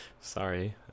Sorry